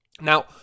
now